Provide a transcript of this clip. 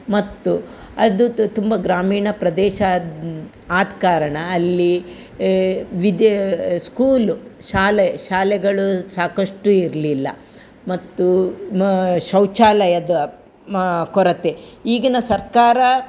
ಮತ್ತು ಅದು ತು ತುಂಬ ಗ್ರಾಮೀಣ ಪ್ರದೇಶ ಅದು ಆದ ಕಾರಣ ಅಲ್ಲಿ ವಿದ್ಯೆ ಸ್ಕೂಲ್ ಶಾಲೆ ಶಾಲೆಗಳು ಸಾಕಷ್ಟು ಇರಲಿಲ್ಲ ಮತ್ತು ಮಾ ಶೌಚಾಲಯದ ಮಾ ಕೊರತೆ ಈಗಿನ ಸರ್ಕಾರ